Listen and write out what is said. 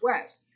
west